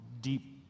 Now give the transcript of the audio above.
deep